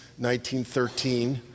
1913